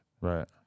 Right